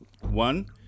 one